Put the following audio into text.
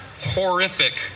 horrific